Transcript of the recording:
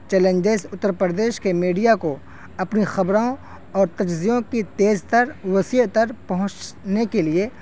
challenges Uttar Pradesh کے media کو اپنی خبروں اور تجزیوں کی تیز تر وسیع تر پہنچنے کے لیے